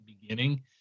beginning